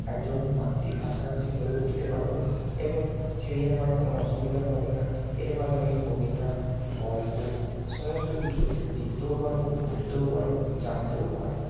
একজন মাতৃ ভাষাভাষী হয়ে উঠতে পারব এবং সেদিন আমার কোনো অসুবিধা হবে না এর মাধ্যমে আমি কবিতা গল্প সমস্ত কিছু লিখতেও পারব পড়তেও পারব জানতেও পারব